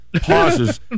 Pauses